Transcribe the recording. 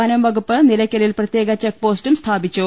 വനംവകുപ്പ് നിലയ്ക്ക ലിൽ പ്രത്യേക ചെക്ക്പോസ്റ്റും സ്ഥാപിച്ചു